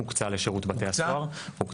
הוקצה לשירות בתי הסוהר.